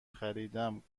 خریدم